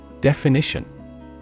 Definition